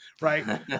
Right